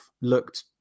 looked